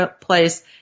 place